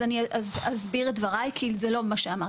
אז אני אסביר את דבריי כי זה לא מה שאמרתי.